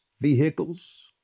vehicles